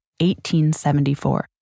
1874